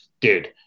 dude